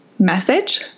message